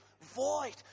void